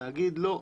להגיד לא,